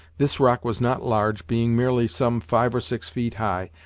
this rock was not large, being merely some five or six feet high,